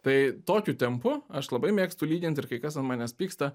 tai tokiu tempu aš labai mėgstu lyginti ir kai kas ant manęs pyksta